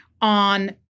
on